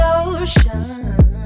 ocean